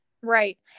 right